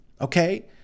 okay